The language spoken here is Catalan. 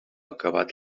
acabat